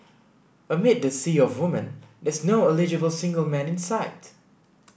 amid the sea of woman there's no eligible single man in sight